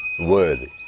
Worthy